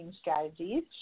strategies